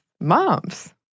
moms